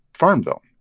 Farmville